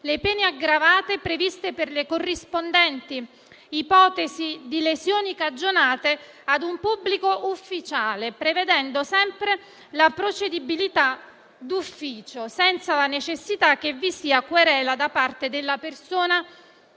le pene aggravate previste per le corrispondenti ipotesi di lesioni cagionate a un pubblico ufficiale prevedendo sempre, come dicevo, la procedibilità d'ufficio e senza la necessità che vi sia querela da parte della persona